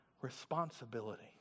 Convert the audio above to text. responsibility